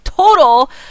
total